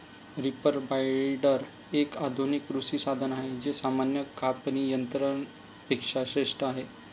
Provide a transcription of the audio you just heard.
reaper binder, एक आधुनिक कृषी साधन आहे जे सामान्य कापणी यंत्रा पेक्षा श्रेष्ठ आहे